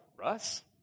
Russ